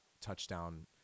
touchdown